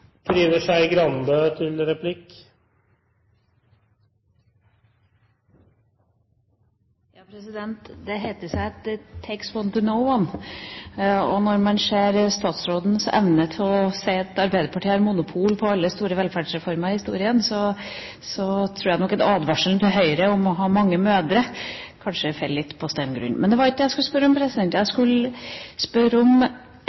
Det heter seg at «it takes one to know one», og når man ser statsrådens evne til å si at Arbeiderpartiet har monopol på alle store velferdsreformer i historien, tror jeg nok at advarselen til Høyre om å ha mange mødre kanskje faller litt på steingrunn. Men det var ikke det jeg skulle spørre om.